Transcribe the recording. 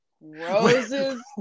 Rose's